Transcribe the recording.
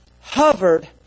hovered